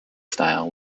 style